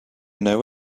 know